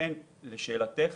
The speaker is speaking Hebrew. לשאלתך,